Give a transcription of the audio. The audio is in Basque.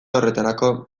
horretarako